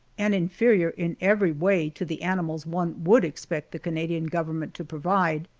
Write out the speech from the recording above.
and inferior in every way to the animals one would expect the canadian government to provide,